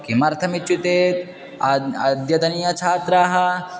किमर्थम् इत्युक्ते अद्यतनीयछात्राः